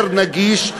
יותר נגיש,